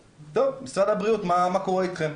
טוב, משרד הבריאות מה קורה איתכם,